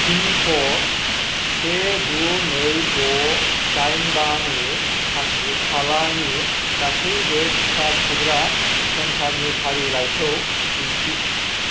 pin code से गु नै द' दाइन बा नि खाथि खालानि गासैबो टिका थुग्रा सेन्टारनि फारिलाइखौ दिन्थि